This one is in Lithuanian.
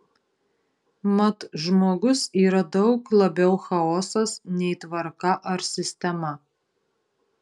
mat žmogus yra daug labiau chaosas nei tvarka ar sistema